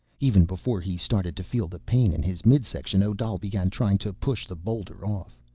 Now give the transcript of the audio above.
even before he started to feel the pain in his midsection, odal began trying to push the boulder off.